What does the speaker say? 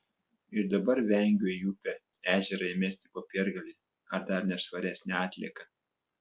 ir dabar vengiu į upę ežerą įmesti popiergalį ar dar nešvaresnę atlieką